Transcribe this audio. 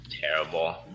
terrible